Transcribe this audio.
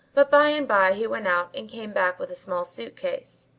but by and by he went out and came back with a small suit-case.